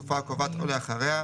בתקופה הקובעת או לאחריה,